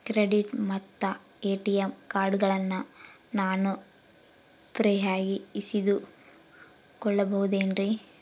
Credit ಮತ್ತ ATM ಕಾರ್ಡಗಳನ್ನ ನಾನು ಫ್ರೇಯಾಗಿ ಇಸಿದುಕೊಳ್ಳಬಹುದೇನ್ರಿ?